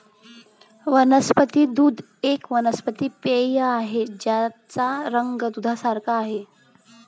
वनस्पती दूध एक वनस्पती पेय आहे ज्याचा रंग दुधासारखे आहे